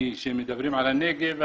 כאשר מדברים על הנגב,